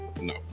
no